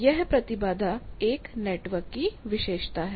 यह प्रतिबाधा एक नेटवर्क की विशेषता है